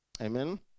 Amen